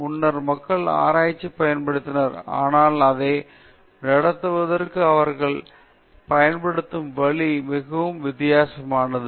முன்னர் மக்கள் ஆராய்ச்சிக்காகப் பயன்படுத்தினர் ஆனால் அதை நடத்துவதற்கு அவர்கள் பயன்படுத்தும் வழி மிகவும் வித்தியாசமானது